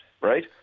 right